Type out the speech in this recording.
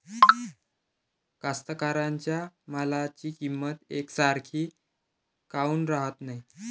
कास्तकाराइच्या मालाची किंमत यकसारखी काऊन राहत नाई?